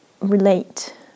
relate